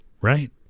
right